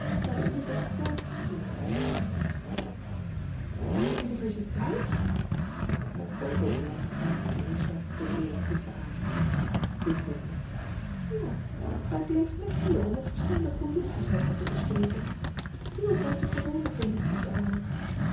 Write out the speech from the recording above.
naar de universiteit te sturen aar de niversiteit et open mond gaapte erusha de directrice aan ie knikte a hij bleef net hier om nog verschillende condities met me te bespreken eel buitengewone condities waren het